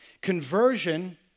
Conversion